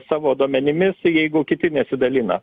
savo duomenimis jeigu kiti nesidalina